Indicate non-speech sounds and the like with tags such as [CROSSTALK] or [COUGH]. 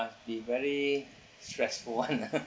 must be very stressful [one] ah [LAUGHS]